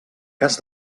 cas